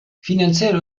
finanziell